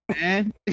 man